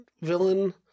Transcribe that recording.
villain